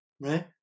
right